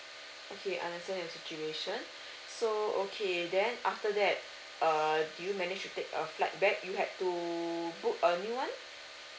okay understand your situation so okay then after that err did you manage to take a flight back you had to book a new one